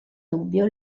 dubbio